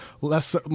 less